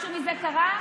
משהו מזה קרה?